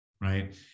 right